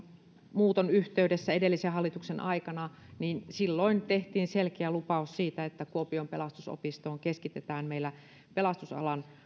muuton yhteydessä edellisen hallituksen aikana tehtiin selkeä lupaus siitä että kuopion pelastusopistoon keskitetään meillä pelastusalan